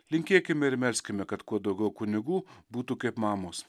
linkėkime ir melskime kad kuo daugiau kunigų būtų kaip mamos